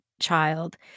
child